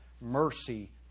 mercy